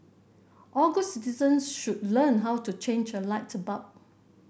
all good citizens should learn how to change a light bulb